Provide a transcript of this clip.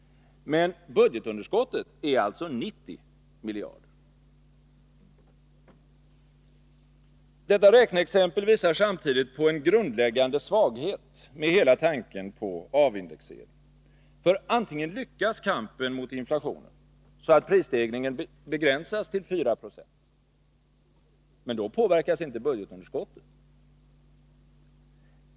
Men budgetunderskottet är alltså 90 miljarder! Detta räkneexempel visar samtidigt på en grundläggande svaghet med hela tanken på avindexering. Antingen lyckas kampen mot inflationen så att prisstegringen begränsas till 4 76 — men då påverkas inte budgetunderskottet.